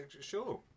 sure